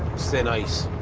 thin ice.